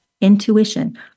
Intuition